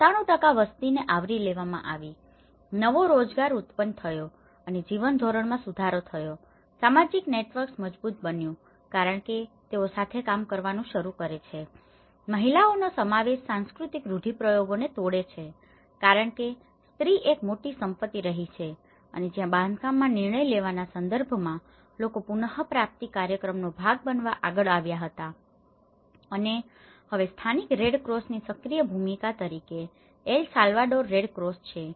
97 વસ્તીને આવરી લેવામાં આવી છે નવો રોજગાર ઉત્પન્ન થયો છે અને જીવનધોરણમાં સુધારો થયો છે સામાજિક નેટવર્ક્સ મજબુત બન્યુ છે કારણ કે તેઓ સાથે કામ કરવાનું શરૂ કરે છે મહિલાઓનો સમાવેશ સાંસ્કૃતિક રૂઢીપ્રયોગોને તોડે છે કારણ કે સ્ત્રી એક મોટી સંપત્તિ રહી છે અને જ્યાં બાંધકામમાં નિર્ણય લેવાના સંદર્ભમાં લોકો પુનપ્રાપ્તિ કાર્યક્રમનો ભાગ બનવા આગળ આવ્યા હતા અને હવે સ્થાનિક રેડ ક્રોસની સક્રિય ભૂમિકા તરીકે એલ સાલ્વાડોર રેડ ક્રોસ છે